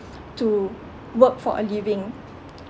to work for a living